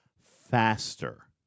faster